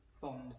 bond